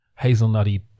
hazelnutty